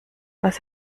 was